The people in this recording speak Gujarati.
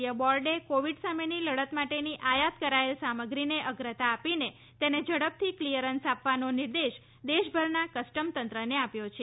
ેય બોર્ડે કોવિડ સામેની લડત માટેની આયાત કરાયેલ સામગ્રીને અગ્રતા આપીને તેને ઝડપથી ક્લિયરન્સ આપવાનો નિર્દેશ દેશભરના કસ્ટમ તંત્રને આવ્યો છે